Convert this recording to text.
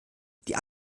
die